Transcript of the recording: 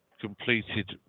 completed